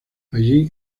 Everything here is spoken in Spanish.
allí